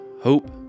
hope